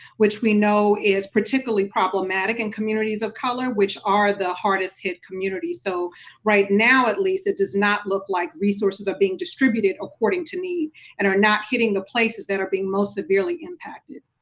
which we know is particularly problematic in communities of color which are the hardest hit communities. so right now at least it does not look like resources are being distributed according to need and are not hitting the places that are being most severely impacted,